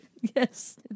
Yes